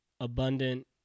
abundant